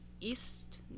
east